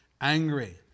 angry